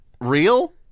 real